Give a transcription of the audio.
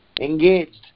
engaged